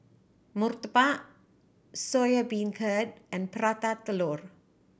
murtabak Soya Beancurd and Prata Telur